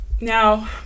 Now